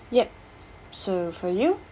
yup so for you